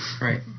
Right